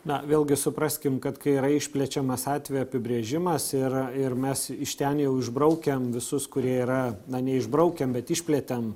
na vėlgi supraskim kad kai yra išplečiamas atvejo apibrėžimas ir ir mes iš ten jau išbraukiam visus kurie yra na ne išbraukiam bet išplėtėm